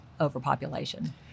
overpopulation